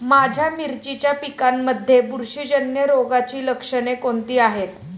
माझ्या मिरचीच्या पिकांमध्ये बुरशीजन्य रोगाची लक्षणे कोणती आहेत?